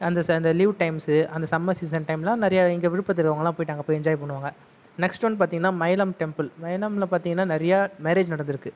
அந்த leave times அந்த summer season டைமில் நிறையா இங்கே விழுப்புரத்தில் இருக்கிறவங்கலாம் போய்விட்டு அங்கே போய் என்ஜாய் பண்ணுவாங்க நெக்ஸ்ட் ஒன் பார்த்தீங்கன்னா மயிலம் டெம்பிள் மயிலமில் பார்த்தீங்கன்னா நிறையா மேரேஜ் நடந்திருக்கு